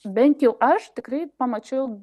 bent jau aš tikrai pamačiau